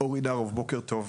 בוקר טוב.